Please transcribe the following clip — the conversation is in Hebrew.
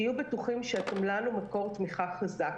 תהיו בטוחים שאתם לנו מקור תמיכה חזק.